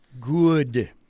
Good